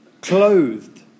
clothed